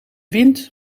wind